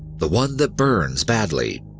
the one that burns badly,